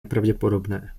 nepravděpodobné